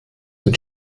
mit